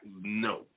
no